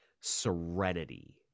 serenity